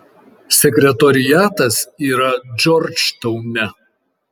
sekretoriatas yra džordžtaune